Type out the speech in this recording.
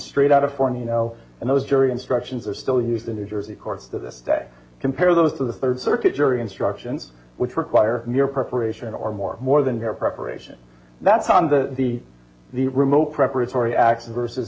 straight out a form you know and those jury instructions are still used in new jersey courts to this day compare those to the third circuit jury instructions which require mere preparation or more more than your preparation that's on the the the remote preparatory x versus